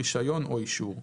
רישיון או אישור".